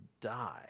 die